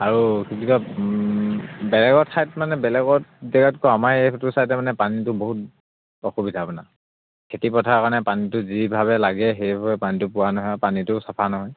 আৰু কি বুলি কয় বেলেগৰ ঠাইত মানে বেলেগৰ জেগাত কৈ আমাৰ এইটো চাইড মানে পানীটো বহুত অসুবিধা আপোনাৰ খেতিপথাৰ কাৰণে পানীটো যি ভাৱে লাগে সেইবাবে পানীটো পোৱা নহয় পানীটো চাফা নহয়